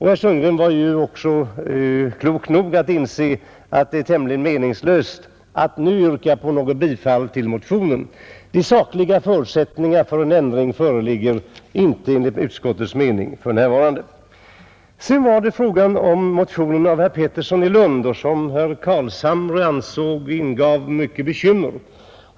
Herr Sundgren var också klok nog att inse att det är tämligen meningslöst att nu yrka bifall till motionen, De sakliga förutsättningarna för en ändring föreligger inte enligt utskottets mening för närvarande. Sedan vill jag beröra motionen av herr Pettersson i Lund och herr Hjorth, Herr Carlshamre ansåg att den gav anledning till mycket bekymmer.